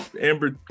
Amber